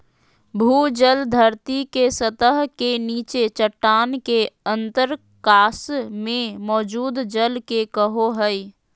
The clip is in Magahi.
भूजल धरती के सतह के नीचे चट्टान के अंतरकाश में मौजूद जल के कहो हइ